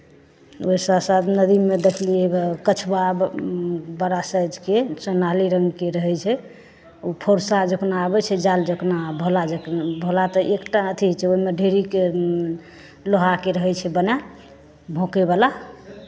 ओहिसँ सभ नदीमे देखलियै हवए कछुआ बड़ा साइजके सुनहले रङ्गके रहै छै ओ फरसा जितना आबै छै जाल जितना भाला जितना भाला तऽ एक टा अथि छै ओहिमे ढेरीके लोहाके रहै छै बनल भोँकयवला